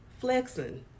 flexing